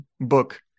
book